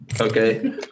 Okay